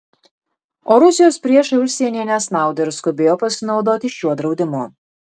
o rusijos priešai užsienyje nesnaudė ir skubėjo pasinaudoti šiuo draudimu